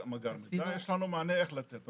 יש לנו מענה איך לתת.